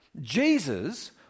Jesus